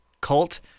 Cult